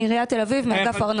מעיריית תל אביב, מאגף ארנונה.